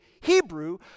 Hebrew